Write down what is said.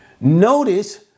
Notice